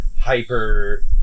hyper